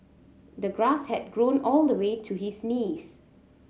the grass had grown all the way to his knees